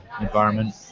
environment